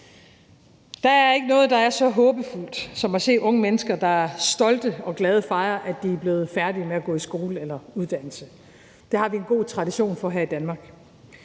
Der er ikke noget, der er så håbefuldt som at se unge mennesker, der stolte og glade fejrer, at de er blevet færdige med at gå i skole eller med en uddannelse. Det har vi en god tradition for her i Danmark,